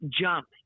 jump